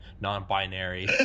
non-binary